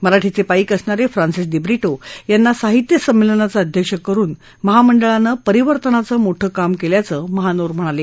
मराठीचे पाईक असणारे फ्रान्सिस दिब्रिटो यांना साहित्य संमेलनाचे अध्यक्ष करून महामंडळानं परिवर्तनाचं मोठ काम केल्याचं महानोर म्हणाले